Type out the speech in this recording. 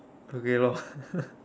career lor